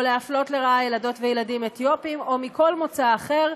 או להפלות לרעה ילדות וילדים אתיופים או מכול מוצא אחר.